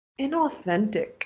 inauthentic